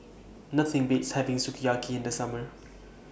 Nothing Beats having Sukiyaki in The Summer